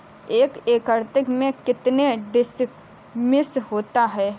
एक एकड़ में कितने डिसमिल होता है?